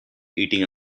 eating